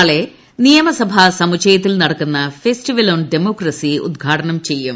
നാളെ നിയമസഭാ സമുച്ചയത്തിൽ നടക്കുന്ന ഫെസ്റ്റിവൽ ഓൺ ഡെമോക്രസി ഉദ്ഘാടനം ചെയ്യും